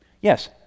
Yes